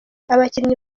abakinnyi